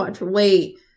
wait